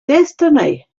destiny